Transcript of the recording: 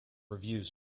reviews